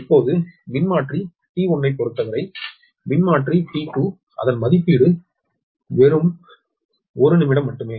இப்போது மின்மாற்றி T2 ஐப் பொறுத்தவரை மின்மாற்றி T2 அதன் மதிப்பீடு வெறும் 1 நிமிடம் மட்டுமே